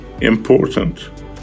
important